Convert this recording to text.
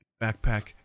backpack